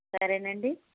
సరేనండీ